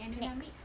next